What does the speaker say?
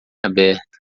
aberta